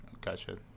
Gotcha